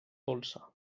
dolça